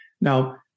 Now